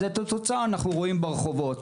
אז את התוצאה אנחנו רואים ברחובות,